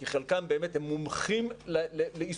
כי חלקם הם מומחים לעיסוקם.